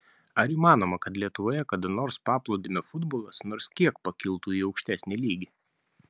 ar įmanoma kad lietuvoje kada nors paplūdimio futbolas nors kiek pakiltų į aukštesnį lygį